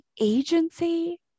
agency